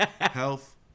Health